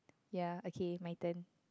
ya okay my turn